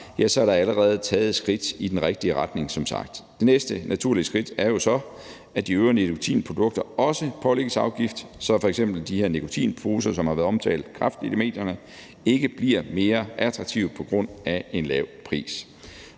der som sagt allerede taget et skridt i den rigtige retning. Det næste naturlige skridt er jo så, at de øvrige nikotinprodukter også pålægges afgift, så f.eks. de her nikotinposer, som har været omtalt kraftigt i medierne, ikke bliver mere attraktive på grund af en lav pris.